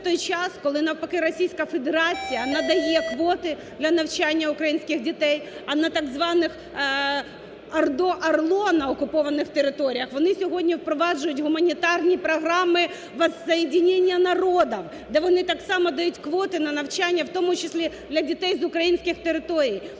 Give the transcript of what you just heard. І це в той час, коли навпаки Російська Федерація надає квоти для навчання українських дітей, а на так званих ОРДО, ОРЛО, на окупованих територіях, вони сьогодні впроваджують гуманітарні програми "Воссоединения народов", де вони так само дають квоти на навчання, в тому числі для дітей з українських територій.